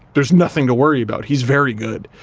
there's nothing to worry about, he's very good.